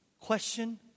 question